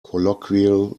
colloquial